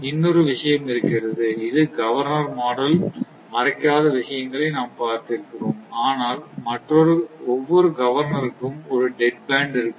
இன்னொரு விஷயம் இருக்கிறது இது கவர்னர் மாடல் மறைக்காத விஷயங்களை நாம் பார்த்திருக்கிறோம் ஆனால் ஒவ்வொரு கவர்னருக்கும் ஒரு டெட் பேண்ட் இருக்கும்